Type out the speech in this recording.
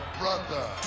brother